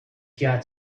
got